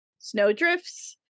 snowdrifts